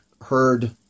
heard